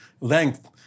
length